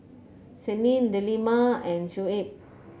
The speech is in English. Senin Delima and Shuib